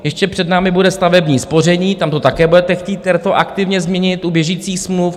Ještě před námi bude stavební spoření, tam to také budete chtít retroaktivně změnit u běžících smluv.